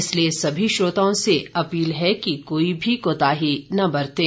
इसलिए सभी श्रोताओं से अपील है कि कोई भी कोताही न बरतें